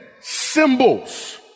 symbols